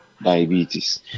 Diabetes